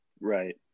Right